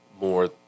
more